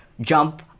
jump